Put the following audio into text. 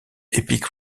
epic